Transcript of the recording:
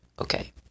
okay